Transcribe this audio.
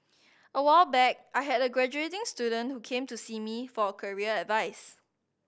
a while back I had a graduating student who came to see me for career advice